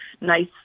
nice